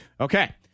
Okay